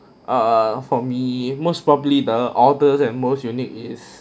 err for me most probably the oddest and most unique is